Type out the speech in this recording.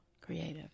creative